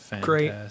great